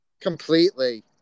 Completely